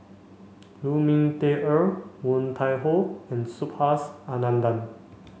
Lu Ming Teh Earl Woon Tai Ho and Subhas Anandan